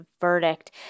verdict